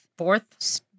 fourth